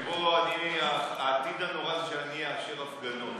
שבו העתיד הנורא זה שאני אאשר הפגנות.